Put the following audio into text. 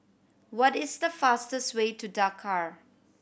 what is the fastest way to Dakar